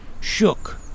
shook